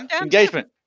Engagement